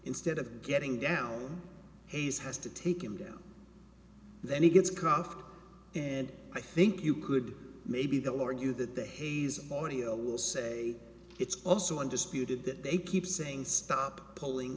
instead of getting down hayes has to take him down then he gets cruft and i think you could maybe they'll argue that the hayes borneo will say it's also undisputed that they keep saying stop pulling